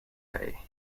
day